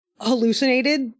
hallucinated